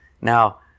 Now